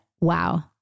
wow